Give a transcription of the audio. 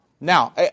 Now